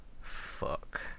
fuck